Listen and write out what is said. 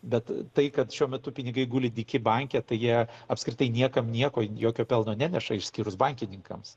bet tai kad šiuo metu pinigai guli dyki banke tai jie apskritai niekam nieko jokio pelno neneša išskyrus bankininkams